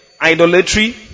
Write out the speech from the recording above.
idolatry